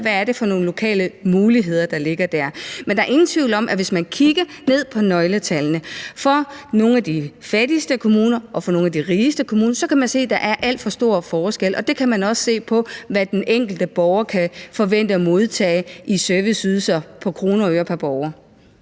hvad det er for nogle lokale muligheder, der ligger. Men der er ingen tvivl om, at hvis man kigger på nøgletallene for nogle af de fattigste kommuner og nogle af de rigeste kommuner, så kan man se, at der er alt for stor forskel, og det kan man også se i, hvad den enkelte borger kan forvente at modtage i serviceydelser i kroner og øre. Kl.